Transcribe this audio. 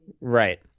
Right